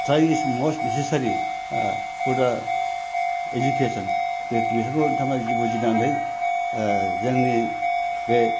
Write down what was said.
try is must necessary for the education नोंथांमोना बेखौ बुजिनांगोन जोंनि बे